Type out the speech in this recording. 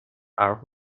are